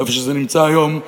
איפה שזה נמצא היום,